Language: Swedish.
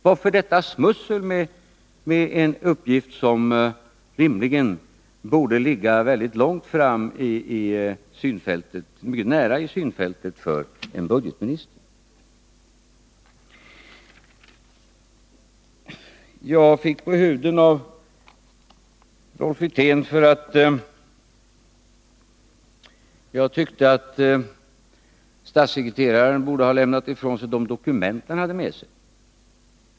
Varför detta smussel med en uppgift, som rimligen borde ligga väldigt nära i synfältet för en budgetminister? Jag fick på huden av Rolf Wirtén för att jag tyckte att statssekreteraren borde ha lämnat ifrån sig de dokument han hade med sig.